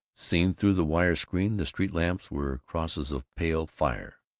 seen through the wire screen, the street lamps were crosses of pale fire.